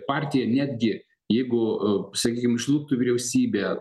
partija netgi jeigu sakykim išluptų vyriausybę